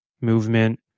movement